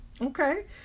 Okay